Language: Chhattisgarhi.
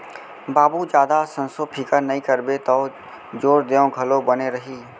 बाबू जादा संसो फिकर नइ करबे तौ जोर देंव घलौ बने रही